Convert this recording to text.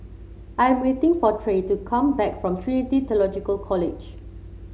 I am waiting for Trae to come back from Trinity Theological College